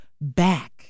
back